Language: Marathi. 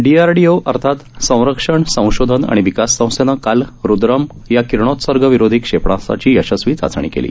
पीआरपीओ अर्थात संरक्षण संशोधन आणि विकास संस्थेनं काल रुद्रम या किरणोत्सर्गविरोधी क्षेपणास्त्राची यशस्वी चाचणी केली